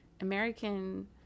American